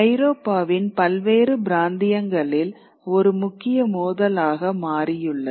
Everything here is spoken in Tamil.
ஐரோப்பாவின் பல்வேறு பிராந்தியங்களில் ஒரு முக்கிய மோதலாக மாறியுள்ளது